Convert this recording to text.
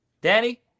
Danny